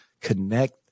connect